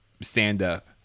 stand-up